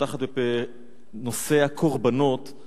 פותחת בנושא הקורבנות,